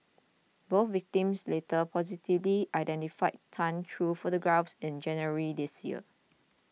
both victims later positively identified Tan through photographs in January this year